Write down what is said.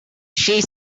she